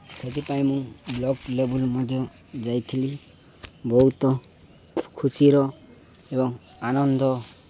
ସେଥିପାଇଁ ମୁଁ ବ୍ଲକ୍ ଲେବୁଲ୍ ମଧ୍ୟ ଯାଇଥିଲି ବହୁତ ଖୁସିର ଏବଂ ଆନନ୍ଦ